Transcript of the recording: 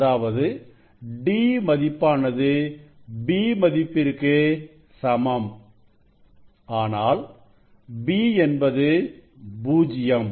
அதாவது d மதிப்பானது b மதிப்பிற்கு சமம் ஆனால் b என்பது பூஜ்ஜியம்